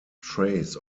trace